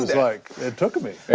like, it took me.